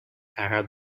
arab